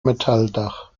metalldach